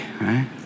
right